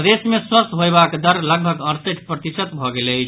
प्रदेश मे स्वस्थ होयबाक दर लगभग अड़सठि प्रतिशत भऽ गेल अछि